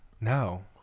No